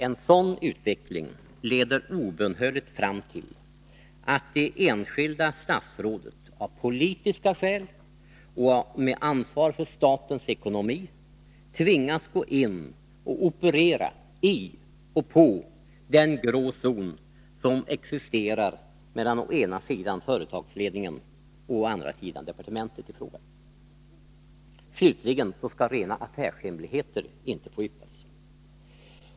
En sådan utveckling leder obönhörligt fram till att det enskilda statsrådet av politiska skäl och med ansvar för statens ekonomi tvingas gå in och operera i den grå zon som existerar mellan å ena sidan företagsledningen och å andra sidan departementet i fråga. Slutligen skall rena affärshemligheter inte få yppas.